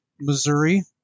Missouri